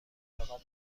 اعتقاد